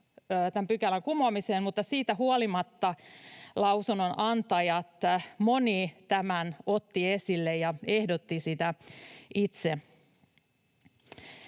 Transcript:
tämän pykälän kumoamiseen, mutta siitä huolimatta lausunnon antajista moni tämän otti esille ja ehdotti sitä itse.